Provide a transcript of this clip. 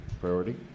priority